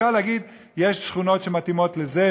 אפשר להגיד שיש שכונות שמתאימות לזה,